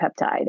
peptide